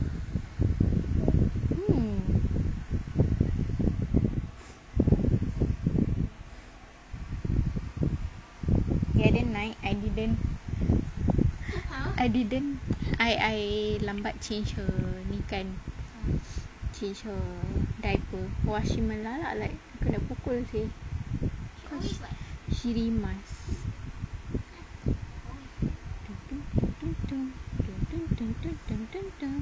mm the other night I didn't I didn't I I lambat change her ni kan change her diaper !wah! she melalak like kena pukul seh she rimas